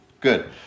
Good